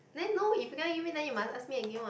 then no if you cannot give me then you must ask me again what